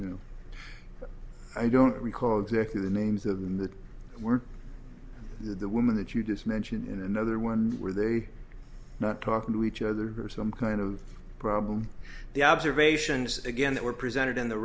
but i don't recall exactly the names the were the women that you just mentioned in another one were they not talking to each other or some kind of problem the observations again that were presented in the